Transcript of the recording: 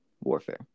warfare